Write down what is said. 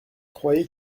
croyez